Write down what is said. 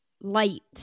light